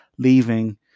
leaving